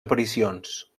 aparicions